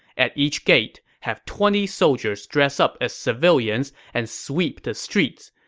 at each gate, have twenty soldiers dress up as civilians and sweep the streets.